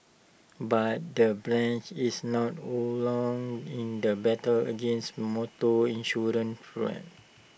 but the branch is not alone in the battle against motor insurance fraud